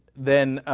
then ah.